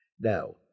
Now